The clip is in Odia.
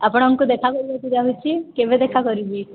ଆପଣଙ୍କୁ ଦେଖା କରିବାକୁ ଚାଁହୁଛି କେବେ ଦେଖା କରିବି